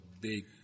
big